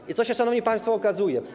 I co się, szanowni państwo, okazuje?